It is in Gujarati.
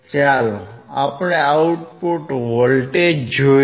ચાલો આપણે આઉટપુટ વોલ્ટેજ જોઈએ